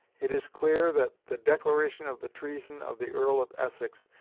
it is clear that the declaration of the treason of the earl of essex,